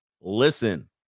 listen